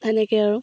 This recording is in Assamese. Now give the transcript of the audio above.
তেনেকৈ আৰু